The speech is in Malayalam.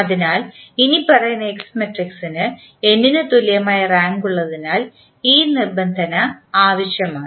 അതിനാൽ ഇനിപ്പറയുന്ന S മാട്രിക്സിന് n ന് തുല്യമായ റാങ്ക് ഉള്ളതിനാൽ ഈ നിബന്ധന ആവശ്യമാണ്